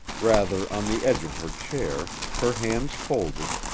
rather on the edge of her chair, her hands folded,